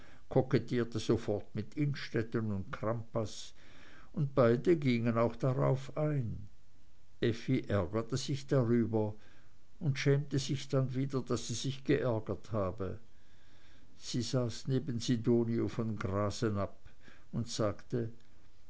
kokettierte sofort mit innstetten und crampas und beide gingen auch darauf ein effi ärgerte sich darüber und schämte sich dann wieder daß sie sich geärgert habe sie saß neben sidonie von grasenabb und sagte